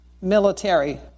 military